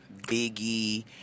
Biggie